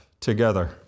together